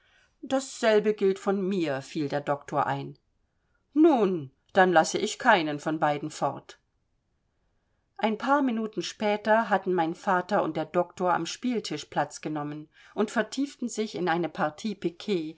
dasselbe gilt von mir fiel der doktor ein nun dann lasse ich keinen von beiden fort ein paar minuten später hatten mein vater und der doktor am spieltisch platz genommen und vertieften sich in eine partie piket